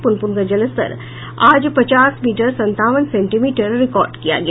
प्रनप्रन का जलस्तर आज पचास मीटर संतावन सेंटीमीटर रिकॉर्ड किया गया